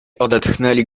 odetchnęli